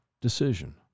decision